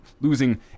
losing